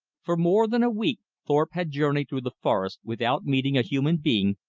for more than a week thorpe had journeyed through the forest without meeting a human being,